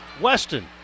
Weston